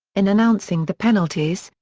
in announcing the penalties,